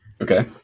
Okay